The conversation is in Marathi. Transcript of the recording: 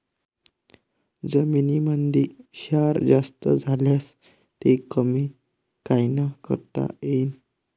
जमीनीमंदी क्षार जास्त झाल्यास ते कमी कायनं करता येईन?